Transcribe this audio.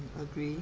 mm agree